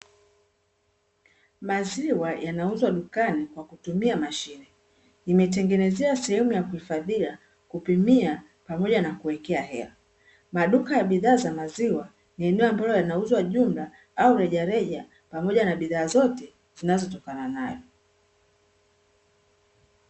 Maziwa yanauzwa dukani kwa kutumia mashine, imetengenezewa sehemu ya kuhifadhia, kupimia, pamoja na kuwekea hela. Maduka ya bidhaa za maziwa ni eneo ambalo yanauzwa jumla au rejareja pamoja na bidhaa zote zinazotokana nayo.